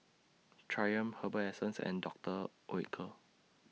Triumph Herbal Essences and Doctor Oetker